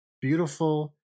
beautiful